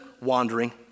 wandering